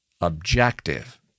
objective